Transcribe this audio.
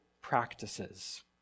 practices